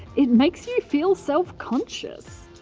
it makes you feel self-conscious.